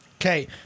Okay